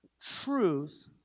Truth